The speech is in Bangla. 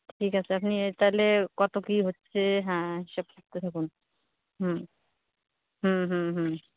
ঠিক আছে আপনি তাহলে কত কি হচ্ছে হ্যাঁ হিসেব করে বলুন হুম হুম হুম হুম